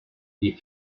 die